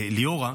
ליאורה,